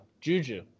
Juju